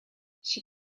she